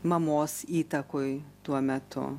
mamos įtakoj tuo metu